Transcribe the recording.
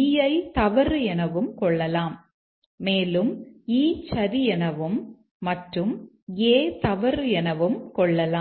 E ஐ தவறு எனவும் கொள்ளலாம் மேலும் E சரி எனவும் மற்றும் A தவறு எனவும் கொள்ளலாம்